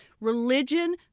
Religion